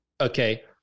Okay